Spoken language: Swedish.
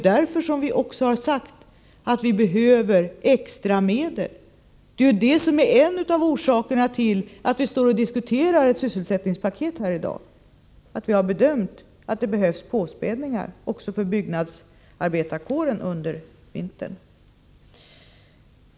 Därför har vi också sagt att det behövs extra medel. Det är en av orsakerna till att vi diskuterar ett sysselsättningspaket här i dag. Vi har bedömt att det behövs påspädningar också för byggnadsarbetarkåren denna vinter.